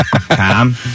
tom